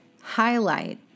highlight